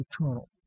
eternal